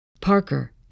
Parker